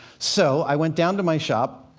so, i went down to my shop,